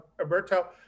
Alberto